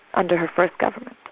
under her first government.